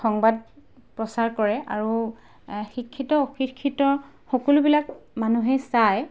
সংবাদ প্ৰচাৰ কৰে আৰু শিক্ষিত অশিক্ষিত সকলোবিলাক মানুহেই চায়